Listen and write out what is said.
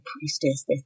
priestess